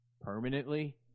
permanently